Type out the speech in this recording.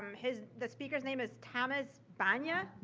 um his, the speaker's name is thomas banya?